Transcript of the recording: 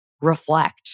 reflect